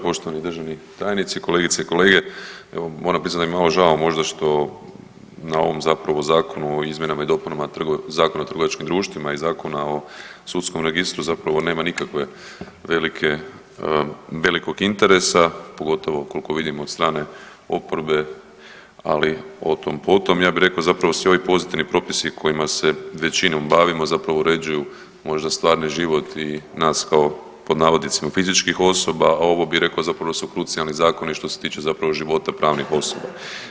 Poštovani državni tajnici, kolegice i kolege evo moram priznati da mi je malo žao možda što na ovom zapravo Zakonu o izmjenama i dopuna Zakona o trgovačkim društvima i Zakona o sudskom registru zapravo nema nikakve velike, velikog interesa pogotovo koliko vidim od strane oporbe, ali o tom potom, ja bi rekao zapravo svi ovi pozitivni propisi kojima se većinom bavimo zapravo uređuju možda stvarni život i nas kao pod navodnicima fizičkih osoba, a ovo bi rekao zapravo da su krucijalni zakoni što se tiče zapravo života pravnih osoba.